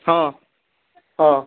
ହଁ ହଁ